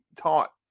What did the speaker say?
taught